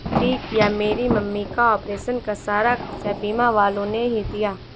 ठीक किया मेरी मम्मी का ऑपरेशन का सारा खर्चा बीमा वालों ने ही दिया